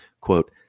quote